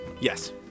yes